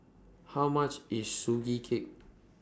How much IS Sugee Cake